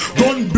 gun